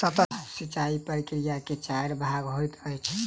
सतह सिचाई प्रकिया के चाइर भाग होइत अछि